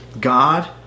God